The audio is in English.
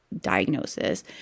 diagnosis